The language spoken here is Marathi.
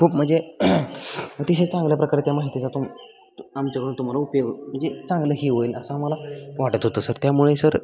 खूप म्हणजे अतिशय चांगल्या प्रकारे त्या माहितीचा तो तु आमच्याकडून तुम्हाला उपयोग म्हणजे चांगलंही होईल असं आम्हाला वाटत होतं सर त्यामुळे सर